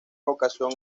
vocación